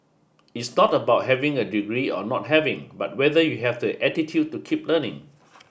it's not about having a degree or not having but whether you have that attitude to keep learning